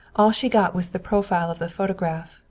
all she got was the profile of the photograph,